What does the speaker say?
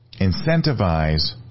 incentivize